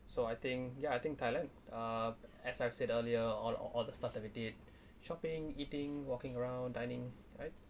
so I think ya I think thailand uh as I said earlier all all the stuff that we did shopping eating walking around dining right